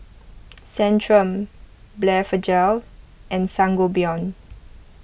Centrum Blephagel and Sangobion